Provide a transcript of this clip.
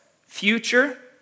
future